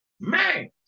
Man